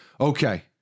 okay